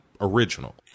original